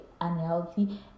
unhealthy